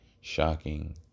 shocking